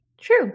True